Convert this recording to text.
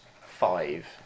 five